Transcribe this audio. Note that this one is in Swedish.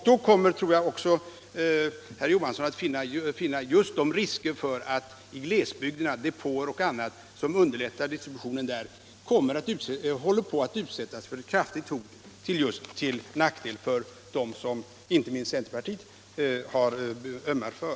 Då tror jag också att herr Johansson kommer att finna just att i glesbygderna depåer och annat som underlättar distributionen håller på att utsättas för ett kraftigt hot, till nackdel inte minst för dem som centerpartiet har ömmat för.